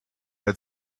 had